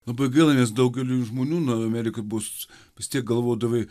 labai gaila nes daugeliui žmonių nu amerikoj bus vis tiek galvodavai